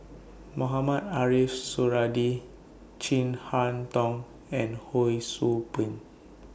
Mohamed Ariff Suradi Chin Harn Tong and Ho SOU Ping